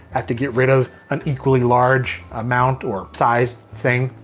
i have to get rid of an equally large amount or sized thing.